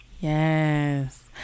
Yes